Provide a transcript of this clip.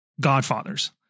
Godfathers